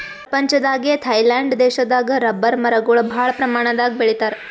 ಪ್ರಪಂಚದಾಗೆ ಥೈಲ್ಯಾಂಡ್ ದೇಶದಾಗ್ ರಬ್ಬರ್ ಮರಗೊಳ್ ಭಾಳ್ ಪ್ರಮಾಣದಾಗ್ ಬೆಳಿತಾರ್